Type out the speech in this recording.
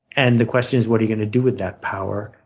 and the question is, what are you going to do with that power?